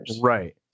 Right